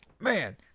man